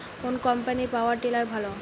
কোন কম্পানির power tiller ভালো?